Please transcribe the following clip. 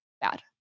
bad